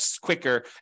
quicker